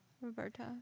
Roberta